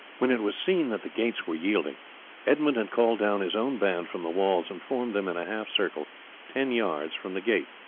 when it was seen that the gates were yielding edmund had called down his own band from the walls and formed them in a half-circle ten yards from the gate.